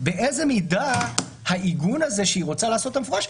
באיזו מידה העיגון הזה שהיא רוצה לעשות במפורש,